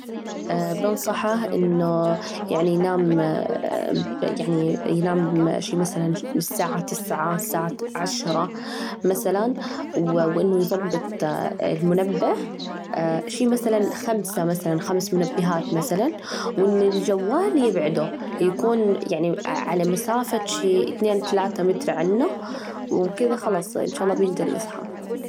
بنصحه إنه يعني ينام، يعني ينام شي مثلاً الساعة تسعة الساعة عشرة مثلاً ، و إنه يظبط المنبه شي مثلاً خمسة مثلاً خمسة منبهات مثلاً وإنه الجوال يبعده، يكون يعني على مسافة شي اثنين أو ثلاثة متر عنه، وكده خلاص إن شاء الله بيجدر يصحى.